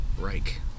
Reich